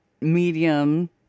medium